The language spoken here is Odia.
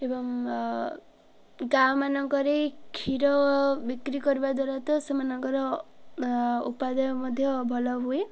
ଏବଂ ଗାଁମାନଙ୍କରେ କ୍ଷୀର ବିକ୍ରି କରିବା ଦ୍ୱାରା ତ ସେମାନଙ୍କର ଉପାଦାୟ ମଧ୍ୟ ଭଲ ହୁଏ